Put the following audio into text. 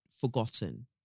forgotten